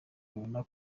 babona